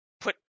Put